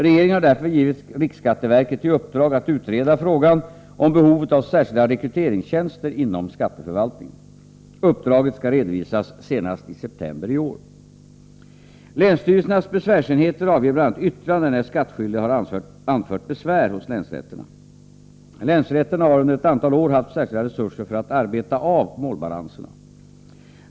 Regeringen har därför givit riksskatteverket i uppdrag att utreda frågan om behovet av särskilda rekryteringstjänster inom skatteförvaltningen. Uppdraget skall redovisas senast i september i år. Länsstyrelsernas besvärsenheter avger bl.a. yttrande när skattskyldiga har anfört besvär hos länsrätterna. Länsrätterna har under ett antal år haft särskilda resurser för att arbeta av målbalanserna.